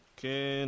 Okay